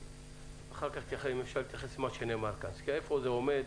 איפה זה עומד,